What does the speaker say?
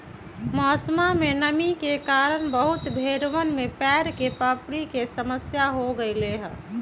मौसमा में नमी के कारण बहुत भेड़वन में पैर के पपड़ी के समस्या हो गईले हल